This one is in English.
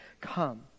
come